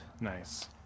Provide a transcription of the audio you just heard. Nice